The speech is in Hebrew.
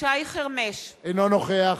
שי חרמש, אינו נוכח